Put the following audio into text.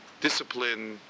discipline